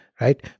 right